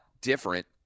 different